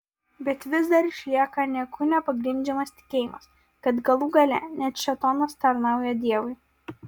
bet vis dar išlieka niekuo nepagrindžiamas tikėjimas kad galų gale net šėtonas tarnauja dievui